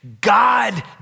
God